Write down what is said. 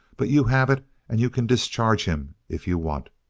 but you have it and you can discharge him if you want.